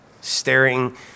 staring